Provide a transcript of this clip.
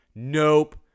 Nope